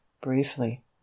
briefly